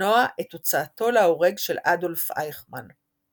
למנוע את הוצאתו להורג של אדולף אייכמן.